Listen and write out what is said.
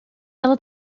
ela